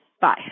Bye